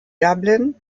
dublin